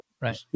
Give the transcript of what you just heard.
Right